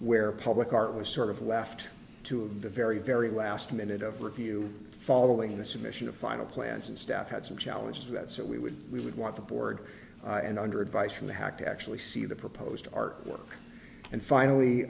where public art was sort of left to the very very last minute of review following this admission of final plans and staff had some challenges to that so we would we would want the board and under advice from the hack to actually see the proposed our work and finally